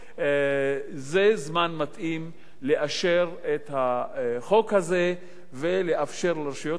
זה זמן מתאים לאשר את החוק הזה ולאפשר לרשויות